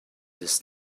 this